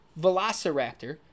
Velociraptor